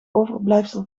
overblijfsel